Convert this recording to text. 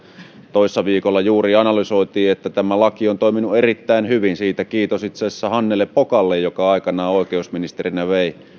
toissa viikolla juuri analysoitiin että tämä laki on toiminut erittäin hyvin siitä kiitos itse asiassa hannele pokalle joka aikanaan oikeusministerinä vei